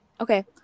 Okay